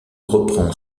reprend